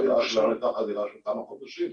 החבירה שלנו הייתה חבירה של כמה חודשים.